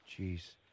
Jeez